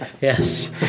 yes